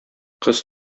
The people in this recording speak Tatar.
кыз